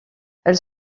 elles